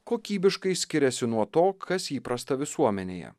kokybiškai skiriasi nuo to kas įprasta visuomenėje